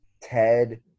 Ted